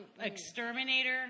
exterminator